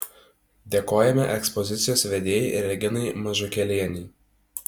dėkojame ekspozicijos vedėjai reginai mažukėlienei